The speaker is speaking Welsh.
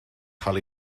cael